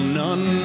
none